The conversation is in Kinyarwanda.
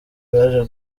baje